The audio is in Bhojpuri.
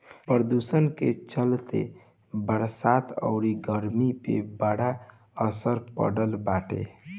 प्रदुषण के चलते बरसात अउरी गरमी पे बड़ा असर पड़ल बाटे